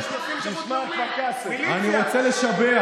יועז, יועז, אני רוצה לשבח.